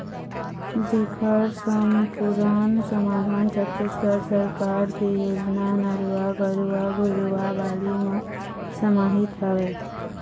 जेखर समपुरन समाधान छत्तीसगढ़ सरकार के योजना नरूवा, गरूवा, घुरूवा, बाड़ी म समाहित हवय